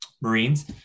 Marines